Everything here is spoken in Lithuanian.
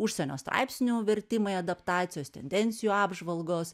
užsienio straipsnių vertimai adaptacijos tendencijų apžvalgos